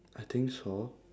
I think so